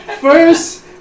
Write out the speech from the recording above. first